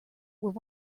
were